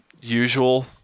usual